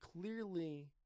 clearly